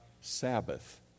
Sabbath